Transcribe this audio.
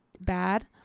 bad